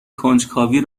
کنجکاوی